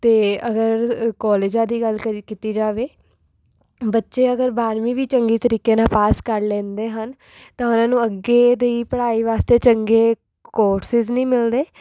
ਅਤੇ ਅਗਰ ਕੋਲੇਜਾਂ ਦੀ ਗੱਲ ਕਰੀ ਕੀਤੀ ਜਾਵੇ ਬੱਚੇ ਅਗਰ ਬਾਰਵੀਂ ਵੀ ਚੰਗੇ ਤਰੀਕੇ ਨਾਲ ਪਾਸ ਕਰ ਲੈਂਦੇ ਹਨ ਤਾਂ ਉਨ੍ਹਾਂ ਨੂੰ ਅੱਗੇ ਦੀ ਪੜ੍ਹਾਈ ਵਾਸਤੇ ਚੰਗੇ ਕੋਰਸਸ ਨਹੀਂ ਮਿਲਦੇ